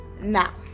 Now